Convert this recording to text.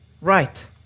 Right